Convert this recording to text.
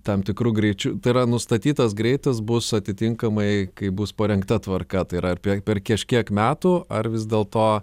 tam tikru greičiu tai yra nustatytas greitis bus atitinkamai kai bus parengta tvarka tai yra ar per per kažkiek metų ar vis dėlto